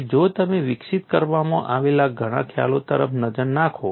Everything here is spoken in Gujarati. અને જો તમે વિકસિત કરવામાં આવેલા ઘણા ખ્યાલો તરફ નજર નાખો